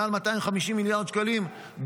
מעל 250 מיליארד שקלים,